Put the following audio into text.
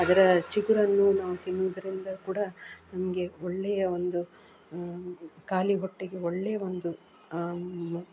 ಅದರ ಚಿಗುರನ್ನು ನಾವು ತಿನ್ನೋದ್ರಿಂದ ಕೂಡ ನಮಗೆ ಒಳ್ಳೆಯ ಒಂದು ಖಾಲಿ ಹೊಟ್ಟೆಗೆ ಒಳ್ಳೆಯ ಒಂದು